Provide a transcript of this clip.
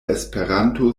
esperanto